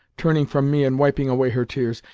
turning from me and wiping away her tears.